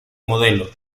modelo